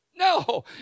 No